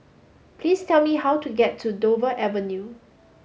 please tell me how to get to Dover Avenue